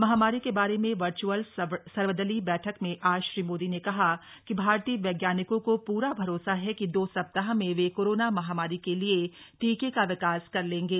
महामारी के बारे में वर्चअल सर्वदलीय बैठक में आज श्री मोदी ने कहा कि भारतीय वैज्ञानिकों को पूरा भरोसा है कि दो सप्ताह में वे कोरोना महामारी के लिए टीके का विकास कर लेंगे